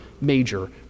major